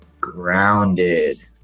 Grounded